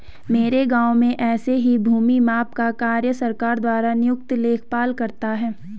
मेरे गांव में ऐसे ही भूमि माप का कार्य सरकार द्वारा नियुक्त लेखपाल करता है